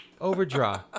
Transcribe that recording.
Overdraw